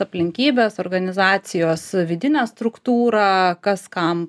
aplinkybes organizacijos vidinę struktūrą kas kam